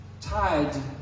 tied